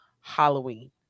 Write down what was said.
Halloween